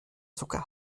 sogar